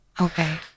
okay